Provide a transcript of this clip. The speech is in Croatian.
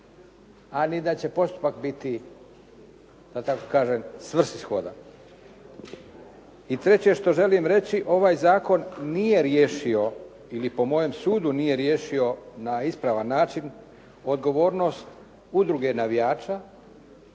a ni da će postupak biti da tako kažem svrsishodan. I treće što želim reći ovaj zakon nije riješio ili po mojem sudu nije riješio na ispravan način odgovornost udruge navijača,